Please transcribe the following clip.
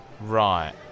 Right